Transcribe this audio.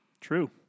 True